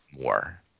more